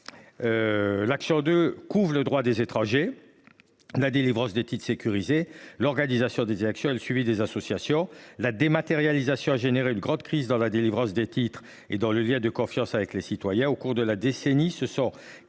354 couvre le droit des étrangers, la délivrance des titres sécurisés, l’organisation des élections et le suivi des associations. Or la dématérialisation a engendré une grande crise dans la délivrance des titres et dans le lien de confiance avec les citoyens. Au cours de la décennie 2010